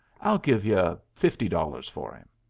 i'll give you fifty dollars for him.